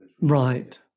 Right